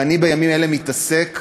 ובימים האלה אני עוסק